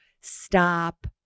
stop